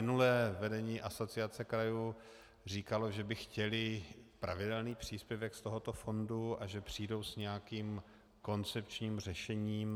Minulé vedení Asociace krajů říkalo, že by chtěli pravidelný příspěvek z tohoto fondu a že přijdou s nějakým koncepčním řešením.